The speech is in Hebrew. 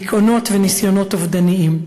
דיכאונות וניסיונות אובדניים.